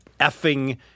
effing